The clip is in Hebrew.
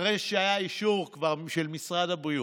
אחרי שהיה אישור של משרד הבריאות,